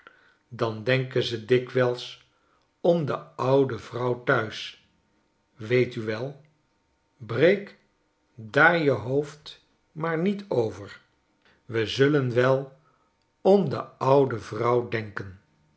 dan denken ze dikwijls om de oude vrouw thuis weet uwe breek daar je hoofd maar niet over we naar richmond en haerisburgh zullen wel om de oude vrouw denken